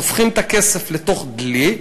שופכים את הכסף לתוך דלי.